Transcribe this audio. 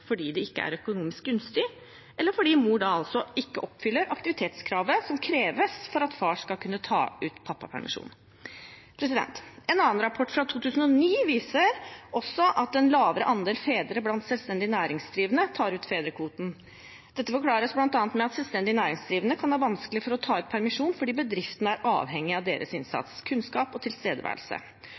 fordi det ikke er økonomisk gunstig, eller fordi mor ikke oppfyller aktivitetskravet som kreves for at far skal kunne ta ut pappapermisjon. En annen rapport, fra 2009, viser at en lavere andel fedre blant selvstendig næringsdrivende tar ut fedrekvoten. Dette forklares bl.a. med at selvstendig næringsdrivende kan ha vanskelig for å ta ut permisjon fordi bedriften er avhengig av deres innsats, kunnskap og tilstedeværelse,